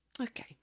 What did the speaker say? Okay